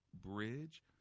Bridge